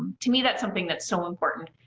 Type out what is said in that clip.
to me that's something that's so important,